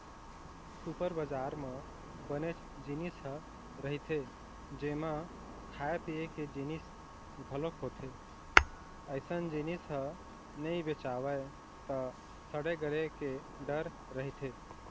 super बजार म बनेच जिनिस ह रहिथे जेमा खाए पिए के जिनिस घलोक होथे, अइसन जिनिस ह नइ बेचावय त सड़े गले के डर रहिथे